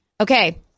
Okay